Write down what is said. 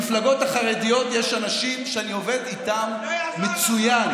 במפלגות החרדיות יש אנשים שאני עובד איתם מצוין.